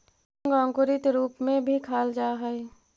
मूंग अंकुरित रूप में भी खाल जा हइ